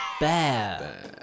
Bear